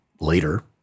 later